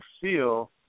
feel